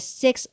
six